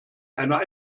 einer